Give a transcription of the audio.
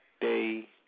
day